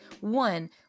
One